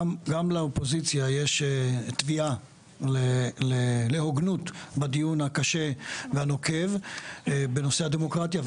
גם לאופוזיציה יש תביעה להוגנות בדיון הקשה והנוקב בנושא הדמוקרטיה,